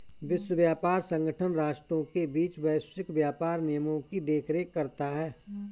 विश्व व्यापार संगठन राष्ट्रों के बीच वैश्विक व्यापार नियमों की देखरेख करता है